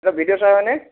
এইটা BDO sir হয়নে